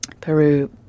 Peru